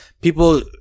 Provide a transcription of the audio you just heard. people